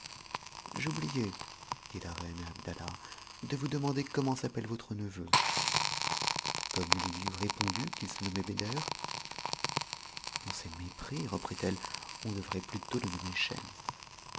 j'oubliais dit la reine à abdallah de vous demander comment s'appelle votre neveu comme il lui eut répondu qu'il se nommait beder on s'est mépris reprit-elle on devait p ut le nommer